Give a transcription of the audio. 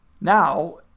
Now